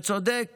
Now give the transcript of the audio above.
צודק